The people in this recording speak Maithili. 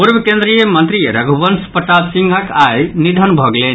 पूर्व केन्द्रीय मंत्री रघुवंश प्रसाद सिंहक आई निधन भऽ गेलनि